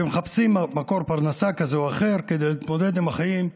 והם מחפשים מקור פרנסה כזה או אחר כדי להתמודד עם החיים.